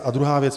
A druhá věc.